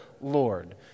Lord